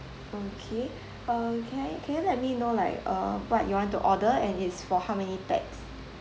okay uh can I can you let me know like uh what you want to order and it's for how many pax